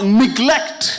neglect